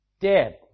dead